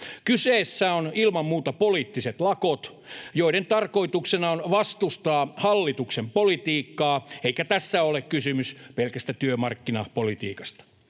Kyseessä on ilman muuta poliittiset lakot, joiden tarkoituksena on vastustaa hallituksen politiikkaa, eikä tässä ole kysymys pelkästä työmarkkinapolitiikasta.